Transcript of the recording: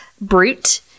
Brute